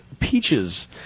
peaches